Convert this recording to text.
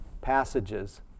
passages